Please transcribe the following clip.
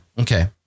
okay